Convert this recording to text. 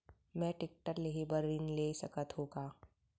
मैं टेकटर लेहे बर ऋण ले सकत हो का?